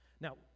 Now